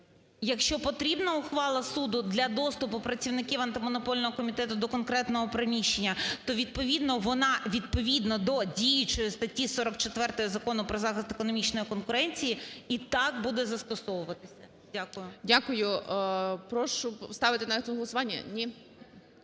Якщо потрібна ухвала суду для доступу працівників Антимонопольного комітету до конкретного приміщення, то відповідно до діючої статті 44 Закону "Про захист економічної конкуренції" і так буде застосовуватися. Дякую. ГОЛОВУЮЧИЙ. Дякую. Прошу. Поставити на голосування? Ні.